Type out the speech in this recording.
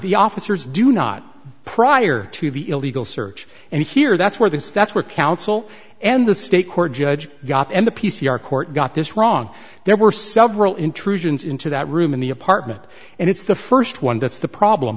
the officers do not prior to the illegal search and here that's where that's that's where counsel and the state court judge and the p c r court got this wrong there were several intrusions into that room in the apartment and it's the first one that's the problem